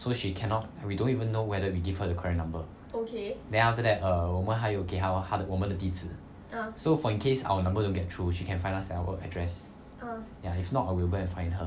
so she cannot we don't even know whether we give her the correct number then after that err 我们还有给她她我们的地址 so for in case our number don't get through she can find us at our address ya if not we will go and find her